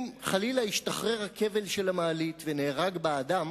אם חלילה השתחרר הכבל של המעלית ונהרג בה אדם,